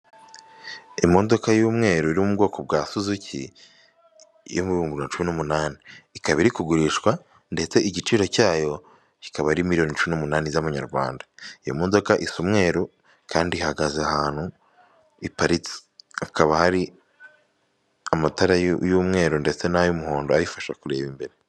Imodoka y'umweru iri mu bwoko bwa suzuki yo mu bihumbi bibiri na cumi n'umunani, ikaba iri kugurishwa ndetse igiciro cyayo kikaba ari miliyoni cumi n'umunani z'amanyarwanda. Iyo modoka isa umweru kandi ihagaze ahantu iparitse, hakaba hari amatara y'umweru ndetse n'ay'umuhondo ayifasha kureba imbere.